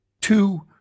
two